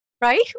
right